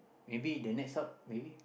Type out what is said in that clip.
maybe the next up maybe